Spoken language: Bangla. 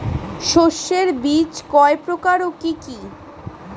শস্যের বীজ কয় প্রকার ও কি কি?